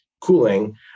cooling